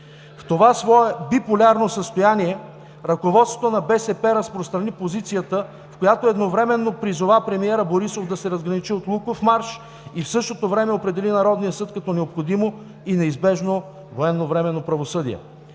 В това свое биполярно състояние ръководството на БСП разпространи позицията, в която едновременно призова премиера Борисов да се разграничи от Луковмарш и в същото време определи Народния съд като необходимо и неизбежно военновременно правосъдие.